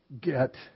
get